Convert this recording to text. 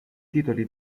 titoli